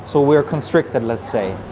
so we're constricted let's say.